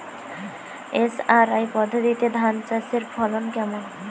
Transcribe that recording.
SRI পদ্ধতিতে ধান চাষের ফলন কেমন?